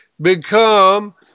become